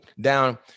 down